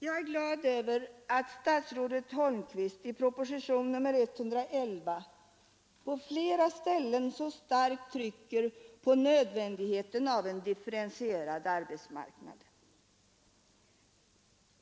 Jag är glad över att statsrådet Holmqvist i propositionen 111 på flera ställen så starkt trycker på nödvändigheten av en differentierad arbetsmarknad.